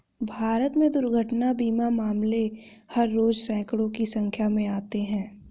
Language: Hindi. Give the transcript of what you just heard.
भारत में दुर्घटना बीमा मामले हर रोज़ सैंकडों की संख्या में आते हैं